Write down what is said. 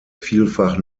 vielfach